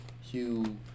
Hugh